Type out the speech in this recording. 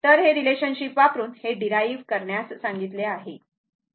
तर ते रिलेशनशिप वापरुन हे डिराइव्ह करण्यास सांगितले आहे